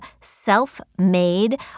self-made